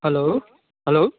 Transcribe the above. hello hello